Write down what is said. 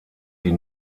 die